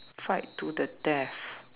fight to the death